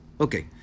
Okay